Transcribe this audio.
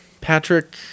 Patrick